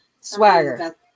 Swagger